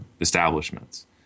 establishments